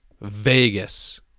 Vegas